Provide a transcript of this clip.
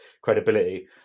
Credibility